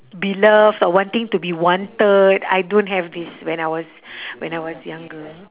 be loved or wanting to be wanted I don't have this when I was when I was younger